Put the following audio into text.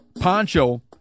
Poncho